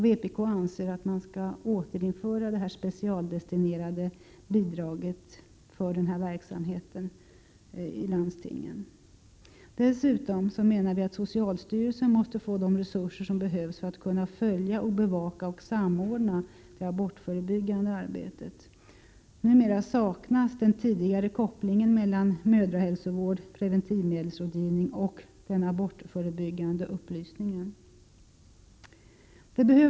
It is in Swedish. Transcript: Vpk anser att man skall återinföra det specialdestinerade bidraget för denna verksamhet i landstingen. Vi menar dessutom att socialstyrelsen måste få de resurser som behövs för att kunna följa, bevaka och samordna det abortförebyggande arbetet. Numera saknas den tidigare kopplingen mellan mödrahälsovård och preventivmedelsrådgivning å ena sidan och den abortförebyggande upplysningen å andra sidan.